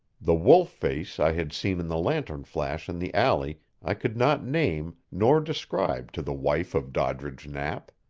the wolf-face i had seen in the lantern flash in the alley i could not name nor describe to the wife of doddridge knapp.